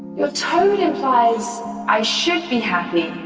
your tone implies i should be happy,